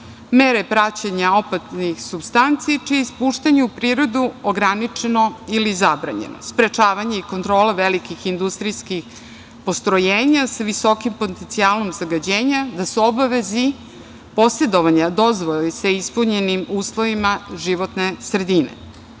mere praćenja opasnih supstanci čije je ispuštanje u prirodu ograničeno ili zabranjeno, sprečavanje i kontrola velikih industrijskih postrojenja sa visokim potencijalom zagađenja i da su u obavezi posedovanja dozvole sa ispunjenim uslovima životne sredine,